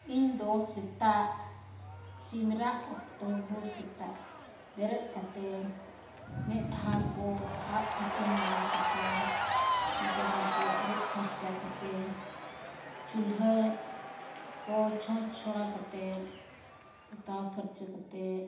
ᱤᱧᱫᱚ ᱥᱮᱛᱟᱜ ᱥᱤᱢᱨᱟᱜ ᱚᱠᱛᱚ ᱵᱷᱳᱨ ᱥᱮᱛᱟᱜ ᱵᱮᱨᱮᱫ ᱠᱟᱛᱮ ᱢᱮᱸᱫᱦᱟ ᱠᱚ ᱟᱯᱼᱦᱩᱛᱩᱢ ᱵᱟᱲᱟ ᱠᱟᱛᱮ ᱛᱤᱼᱡᱟᱸᱜᱟ ᱠᱚ ᱟᱹᱨᱩᱯ ᱯᱷᱟᱨᱪᱟ ᱠᱟᱛᱮᱫ ᱪᱩᱞᱦᱟᱹ ᱠᱚ ᱪᱷᱚᱸᱪ ᱪᱷᱚᱲᱟ ᱠᱟᱛᱮᱫ ᱯᱚᱛᱟᱣ ᱯᱷᱟᱨᱪᱟ ᱠᱟᱛᱮᱫ